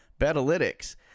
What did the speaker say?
Betalytics